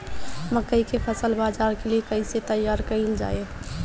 मकई के फसल बाजार के लिए कइसे तैयार कईले जाए?